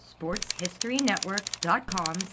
Sportshistorynetwork.com